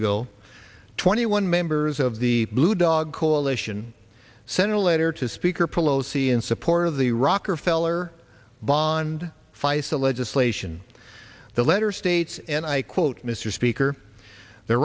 ago twenty one members of the blue dog coalition sent a letter to speaker pelosi in support of the rockefeller bond faisel legislation the letter states and i quote mr speaker the